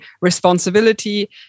responsibility